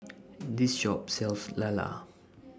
This Shop sells Lala